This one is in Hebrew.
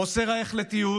חוסר ההחלטיות